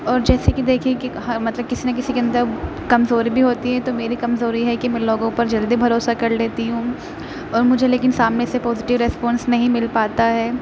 اور جیسے کہ دیکھیں کہ مطلب کسی نہ کسی کے اندر کمزوری بھی ہوتی ہے تو میری کمزوری یہ ہے کہ میں لوگوں پر جلدی بھروسہ کر لیتی ہوں اور مجھے لیکن سامنے سے پوزیٹو ریسپانس نہیں مل پاتا ہے